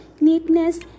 neatness